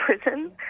prison